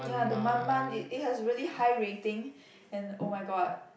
ya the Man-Man it it has really high rating and oh-my-god